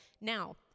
Now